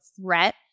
threat